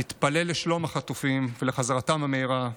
נתפלל לשלום החטופים ולחזרתם המהירה.